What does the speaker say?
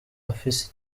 afise